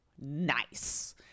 Nice